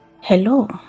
Hello